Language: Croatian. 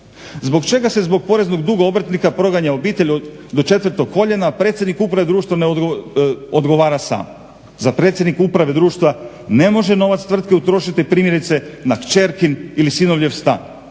Zbog čega se zbog poreznog duga obrtnika proganja obitelj do 4. koljena a predsjednik uprave društva odgovara sam? Zar predsjednik uprave društva ne može novac tvrtke utrošiti primjerice na kćerkin ili sinovljev stan?